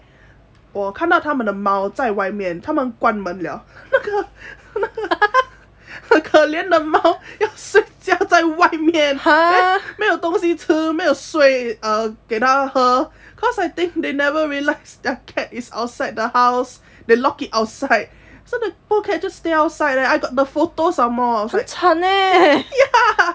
我看到他们的猫在外面他们关门了那个很可怜的猫要睡觉在外面 then 没有东西吃没有水给他喝 cause I think they never realised their cat is outside the house they lock it outside so the poor cat just stay outside leh I got the photos some more ya